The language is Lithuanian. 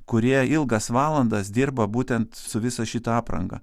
kurie ilgas valandas dirba būtent su visa šita apranga